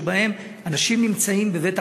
בדרך